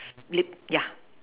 lip yeah